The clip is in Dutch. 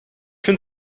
vind